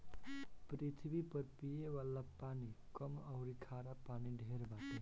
पृथ्वी पर पिये वाला पानी कम अउरी खारा पानी ढेर बाटे